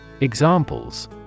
Examples